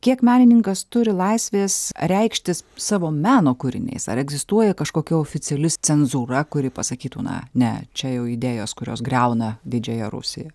kiek menininkas turi laisvės reikštis savo meno kūriniais ar egzistuoja kažkokia oficiali cenzūra kuri pasakytų na ne čia jau idėjos kurios griauna didžiąją rusiją